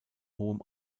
hohem